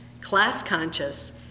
class-conscious